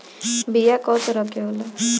बीया कव तरह क होला?